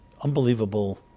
unbelievable